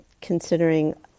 considering